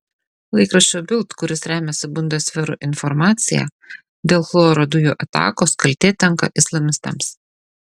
laikraščio bild kuris remiasi bundesveru informacija dėl chloro dujų atakos kaltė tenka islamistams